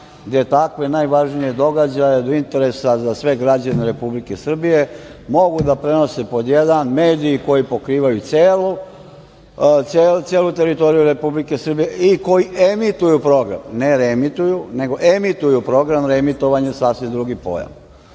gde takve najvažnije događaje od interesa za sve građane Republike Srbije mogu da prenose, pod jedan, mediji koji pokrivaju celu teritoriju Republike Srbije i koji emituju program, ne reemituju, nego emituju program, reemitovanje je sasvim drugi pojam.